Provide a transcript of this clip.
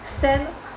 send